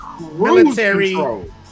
military